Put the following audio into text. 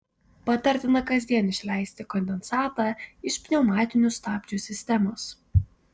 patartina kasdien išleisti kondensatą iš pneumatinių stabdžių sistemos